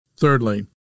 Thirdly